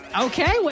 Okay